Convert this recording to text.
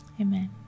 Amen